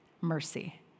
mercy